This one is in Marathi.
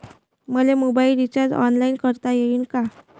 मले मोबाईल रिचार्ज ऑनलाईन करता येईन का?